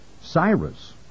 Cyrus